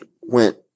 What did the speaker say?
went